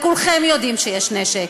וכולכם יודעים שיש נשק,